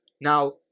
now